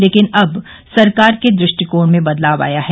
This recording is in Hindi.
लेकिन अब सरकार के दृष्टिकोण में बदलाव आया है